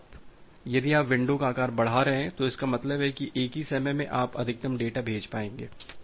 तो यदि आप विंडो का आकार बढ़ा रहे हैं इसका मतलब है कि एक ही समय में आप अधिक डेटा भेज पाएंगे